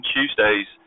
Tuesdays